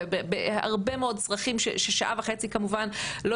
בהרבה מאוד צרכים ששעה וחצי כמובן לא